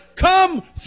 come